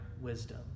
wisdom